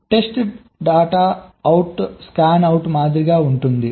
test data out scan out మాదిరిగానే ఉంటుంది